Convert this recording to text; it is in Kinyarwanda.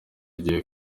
igiye